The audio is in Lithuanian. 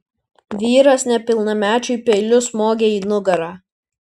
vyras nepilnamečiui peiliu smogė į nugarą